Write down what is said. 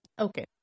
Okay